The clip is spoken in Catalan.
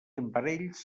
imparells